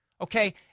okay